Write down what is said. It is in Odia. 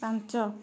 ପାଞ୍ଚ